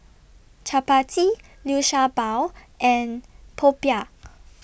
Chappati Liu Sha Bao and Popiah